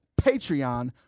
Patreon